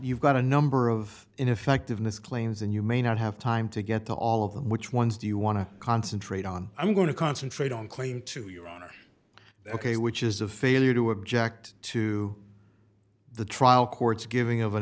you've got a number of ineffectiveness claims and you may not have time to get to all of them which ones do you want to concentrate on i'm going to concentrate on claim to your honor ok which is a failure to object to the trial court's giving of an